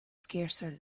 scarcer